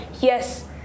Yes